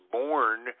born